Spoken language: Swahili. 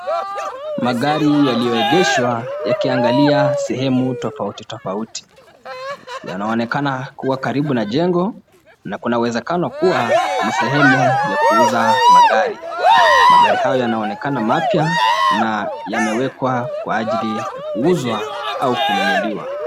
Magari yaliyoegeshwa yakiangalia sehemu tofauti tofauti. Yanaonekana kuwa karibu na jengo, na kuna uwezekano kuwa, ni sehemu ya kuuza magari. Magari hayo, yanaonekana mapya na yamewekwa kwa ajili ya kuuzwa, au kununuliwa.